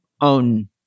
own